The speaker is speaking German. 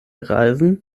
reisen